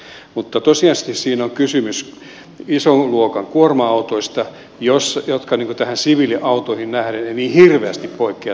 mutta tosiasiallisesti siinä on kysymys ison luokan kuorma autoista jotka näihin siviiliautoihin nähden eivät niin hirveästi poikkea toisistaan